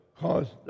caused